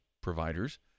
providers